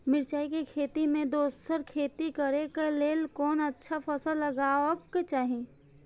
मिरचाई के खेती मे दोसर खेती करे क लेल कोन अच्छा फसल लगवाक चाहिँ?